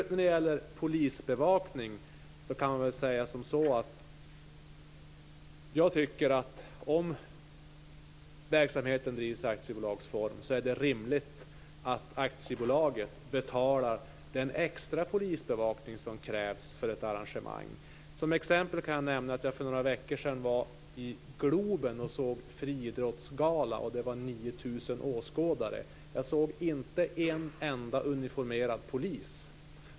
När det gäller polisbevakning tycker jag att om verksamheten bedrivs i aktiebolagsform är det rimligt att aktiebolaget betalar den extra polisbevakning som krävs för ett arrangemang. Som exempel kan jag nämna att jag för några veckor sedan såg en friidrottsgala i Globen. Det var 9 000 åskådare, men jag såg inte en enda uniformerad polis.